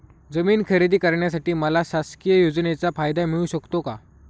जमीन खरेदी करण्यासाठी मला शासकीय योजनेचा फायदा मिळू शकतो का?